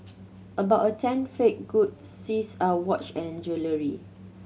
about a tenth fake goods seized are watch and jewellery